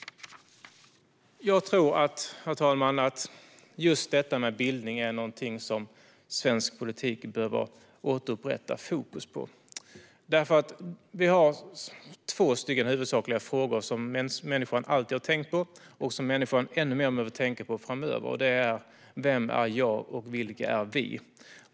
Herr talman! Jag tror att just bildning är någonting som svensk politik åter behöver sätta fokus på, för vi har två huvudsakliga frågor som människan alltid har tänkt på och som människan ännu mer behöver tänka på framöver. Frågorna är: Vem är jag, och vilka är vi?